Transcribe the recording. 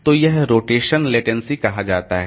तो इसे rotation latency कहा जाता है